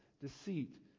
deceit